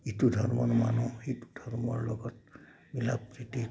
ইটো ধৰ্মৰ মানুহ সিটো ধৰ্মৰ লগত মিলা প্ৰীতি কৰি